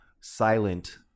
silent